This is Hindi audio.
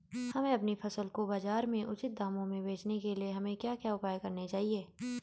हमें अपनी फसल को बाज़ार में उचित दामों में बेचने के लिए हमें क्या क्या उपाय करने चाहिए?